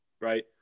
right